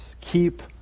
Keep